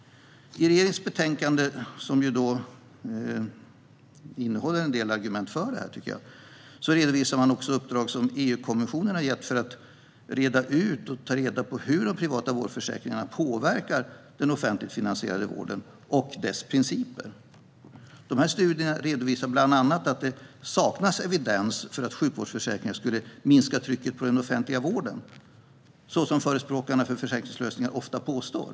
I regeringens betänkande, som innehåller en del argument för det här, redovisas också uppdrag som EU-kommissionen har gett för att ta reda på och reda ut hur de privata vårdförsäkringarna påverkar den offentligt finansierade vården och dess principer. Studierna redovisar bland annat att det saknas evidens för att sjukvårdsförsäkringar skulle minska trycket på den offentliga vården, så som förespråkarna för försäkringslösningar ofta påstår.